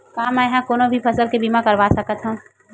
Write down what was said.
का मै ह कोनो भी फसल के बीमा करवा सकत हव?